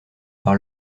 par